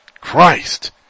Christ